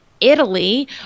italy